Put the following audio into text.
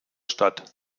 statt